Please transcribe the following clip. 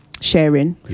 sharing